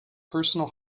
personal